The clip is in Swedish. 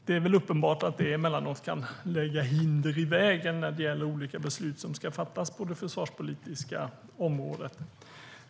Det är väl uppenbart att det emellanåt kan lägga hinder i vägen när det gäller olika beslut som ska fattas på det försvarspolitiska området.